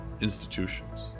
institutions